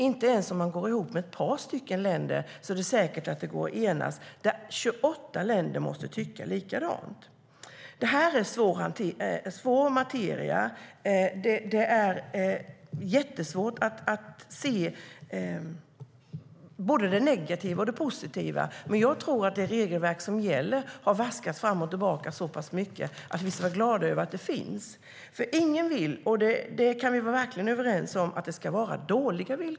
Inte ens om man går ihop med ett par andra länder är det säkert att det går att enas när 28 länder måste tycka likadant. Ingen vill att det vara dåliga villkor; det kan vi verkligen vara överens om.